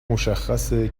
مشخصه